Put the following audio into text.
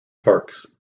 parks